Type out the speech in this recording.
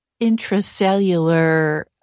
intracellular